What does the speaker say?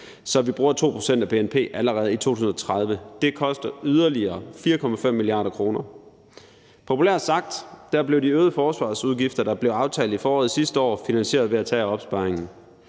så vi bruger 2 pct. af bnp allerede i 2030. Det koster yderligere 4,5 mia. kr. Populært sagt blev de øgede forsvarsudgifter, der blev aftalt i foråret sidste år, finansieret ved at tage af opsparingen.